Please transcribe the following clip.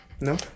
No